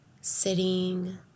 sitting